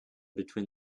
between